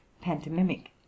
pantomimic